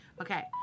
Okay